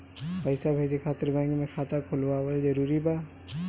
पईसा भेजे खातिर बैंक मे खाता खुलवाअल जरूरी बा?